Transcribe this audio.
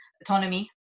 autonomy